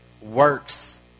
works